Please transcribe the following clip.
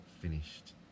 finished